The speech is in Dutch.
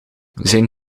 zijn